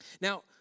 Now